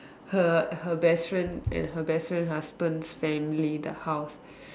her her best friend and her best friend husband's family the house